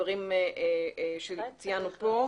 דברים שציינו פה.